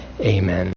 Amen